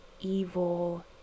evil